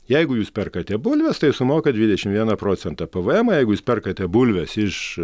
jeigu jūs perkate bulves tai jūs sumokat dvidešimt vieną procentą pvm jeigu jūs perkate bulves iš